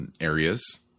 areas